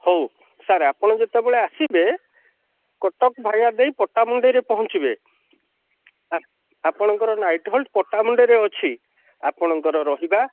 ହଉ ସାର ଆପଣ ଯେତେବେଳେ ଆସିବେ କଟକ ଭାୟା ଦେଇ ପଟାମୁଣ୍ଡେଇରେ ପହଞ୍ଚିବେ ଆପଣଙ୍କର ନାଇଟ ହୋଲଡ଼ ପଟାମୁଣ୍ଡେଇରେ ଅଛି ଆପଣଙ୍କର ରହିବା